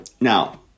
Now